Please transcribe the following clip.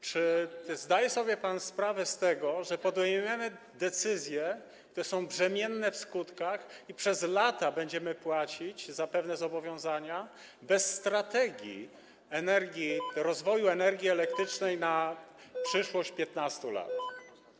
Czy zdaje pan sobie sprawę z tego, że podejmujemy decyzje, które są brzemienne w skutki, i przez lata będziemy płacić za pewne zobowiązania bez strategii rozwoju energii elektrycznej na przyszłość, na 15 lat?